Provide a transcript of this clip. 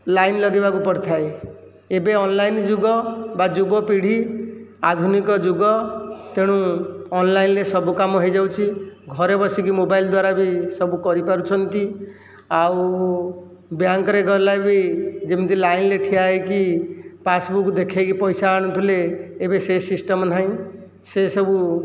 line ଲଗାଇବାକୁ ପଡ଼ିଥାଏ ଏବେ ଅନ୍ଲାଇନ୍ ଯୁଗ ବା ଯୁବପିଢ଼ୀ ଆଧୁନିକ ଯୁଗ ତେଣୁ ଅନ୍ଲାଇନ୍ରେ ସବୁ କାମ ହୋଇଯାଉଛି ଘରେ ବସିକି ମୋବାଇଲ ଦ୍ଵାରା ବି ସବୁ କରିପାରୁଛନ୍ତି ଆଉ ବ୍ୟାଙ୍କରେ ଗଲେ ବି ଯେମିତି ଲାଇନ୍ରେ ଠିଆ ହୋଇକି ପାସବୁକ୍ ଦେଖାଇକି ପଇସା ଆଣୁଥିଲେ ଏବେ ସେ ସିଷ୍ଟମ୍ ନାହିଁ ସେସବୁ